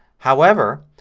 however,